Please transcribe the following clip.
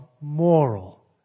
moral